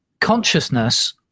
consciousness